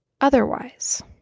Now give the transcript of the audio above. otherwise